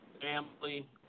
family